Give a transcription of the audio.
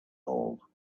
all